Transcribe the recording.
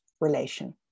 relation